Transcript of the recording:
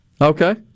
okay